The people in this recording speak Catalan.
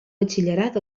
batxillerat